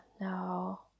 no